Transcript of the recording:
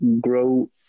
grow